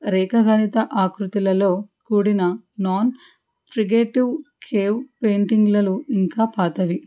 రేఖ గణిత ఆకృతులలో కూడిన నాన్ క్రియేటివ్ కేవ్ పెయింటింగ్లలో ఇంకా పాతవి